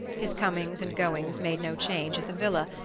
his comings and goings made no change at the villa,